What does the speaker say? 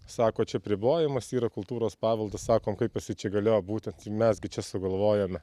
sako čia apribojamas yra kultūros paveldas sakom kas gi čia galėjo būti mes gi čia sugalvojome